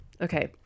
Okay